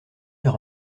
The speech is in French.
leur